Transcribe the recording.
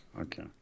Okay